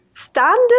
Standard